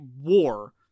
war